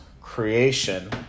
creation